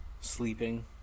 Sleeping